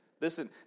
Listen